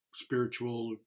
spiritual